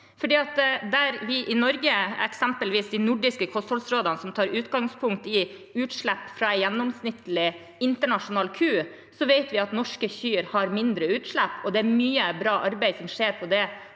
gjelder eksempelvis de nordiske kostholdsrådene, som tar utgangspunkt i utslipp fra en gjennomsnittlig internasjonal ku, vet vi at norske kyr har mindre utslipp. Det er mye bra arbeid som skjer på det